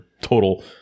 total